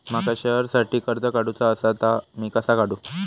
माका शेअरसाठी कर्ज काढूचा असा ता मी कसा काढू?